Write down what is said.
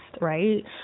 right